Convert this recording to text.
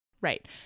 Right